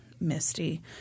misty